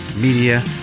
Media